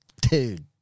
Dude